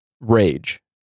Rage